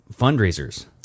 fundraisers